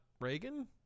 Reagan